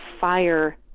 fire